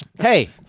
Hey